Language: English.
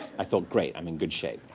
i thought, great. i'm in good shape.